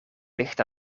ligt